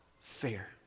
fair